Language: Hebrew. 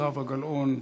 זהבה גלאון,